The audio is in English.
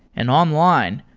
and online,